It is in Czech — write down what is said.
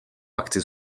akci